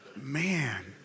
Man